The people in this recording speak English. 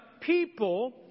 people